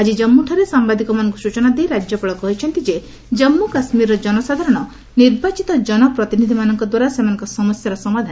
ଆକି ଜାଞ୍ଚୁଠାରେ ସାମ୍ଭାଦିକମାନଙ୍କୁ ସୂଚନା ଦେଇ ରାଜ୍ୟପାଳ କହିଛନ୍ତି ଯେ ଜାଞ୍ଚ କାଶ୍ୱୀରର ଜନସାଧାରଣ ନିର୍ବାଚିତ କନପ୍ରତିନିଧିମାନଙ୍କ ଦ୍ୱାରା ସେମାନଙ୍କ ସମସ୍ୟାର ସମାଧାନ ଚାହାନ୍ତି